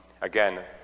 Again